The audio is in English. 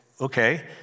Okay